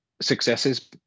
successes